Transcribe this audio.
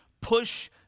push